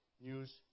News